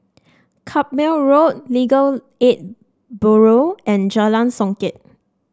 Carpmael Road Legal Aid Bureau and Jalan Songket